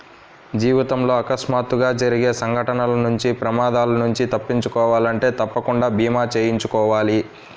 జీవితంలో అకస్మాత్తుగా జరిగే సంఘటనల నుంచి ప్రమాదాల నుంచి తప్పించుకోవాలంటే తప్పకుండా భీమా చేయించుకోవాలి